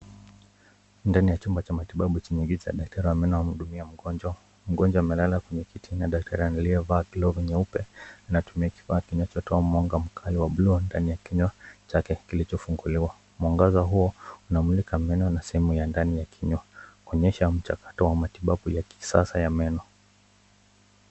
Ndani ya chumba cha matibabu chenye giza. Daktari wa meno anamhudumia mgonjwa. Mgonjwa amelala kwenye kiti na daktari aliyevaa glovu nyeupe anatumia kifaa kinachotoa mwanga mkali wa buluu ndani ya kinywa chake kilichofunguliwa. Mwangaza huo unamulika meno na sehemu ya ndani ya kinywa kuonyesha mchakato wa matibabu ya kisasa ya meno.